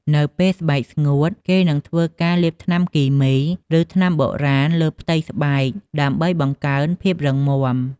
នៅពេលស្បែកស្ងួត គេនឹងធ្វើការលាបថ្នាំគីមី ឬថ្នាំបុរាណលើផ្ទៃស្បែក ដើម្បីបង្កើនភាពរឹងមាំ។